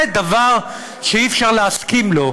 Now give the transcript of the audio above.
זה דבר שאי-אפשר להסכים לו.